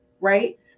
right